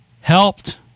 helped